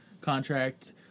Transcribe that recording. contract